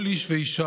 כל איש ואישה,